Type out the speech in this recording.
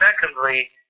secondly